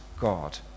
God